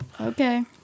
Okay